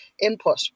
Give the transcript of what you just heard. input